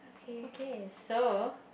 okay so